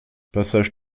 passage